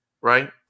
right